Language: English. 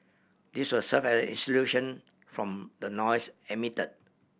this will serve as insulation from the noise emitted